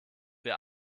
wir